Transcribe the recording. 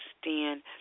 stand